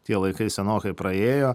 tie laikai senokai praėjo